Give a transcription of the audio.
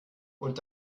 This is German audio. und